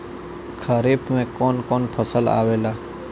खरीफ में कौन कौन फसल आवेला?